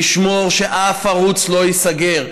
לשמור שאף ערוץ לא ייסגר.